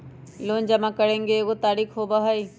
Loan जमा करेंगे एगो तारीक होबहई?